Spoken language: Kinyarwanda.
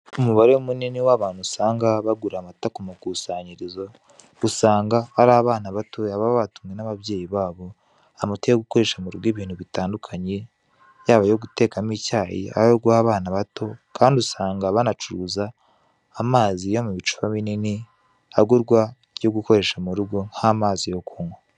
Umubare munini w'abantu usanga bagura amata ku makusanyirizo, usanga ari abana bato baba batumwe n'ababyeyi babo amata yo gukoresha mu rugo ibintu bitandukanye yaba ayo gutekamo icyayi, ayo guha abana bato kandi usanga banacuruza amazi yo mu bicupa binini agurwa byo gukoresha mu rugo nk'amazi yo kunywa.